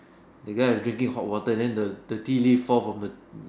the guy was drinking hot water and then the the tea leaf fall from the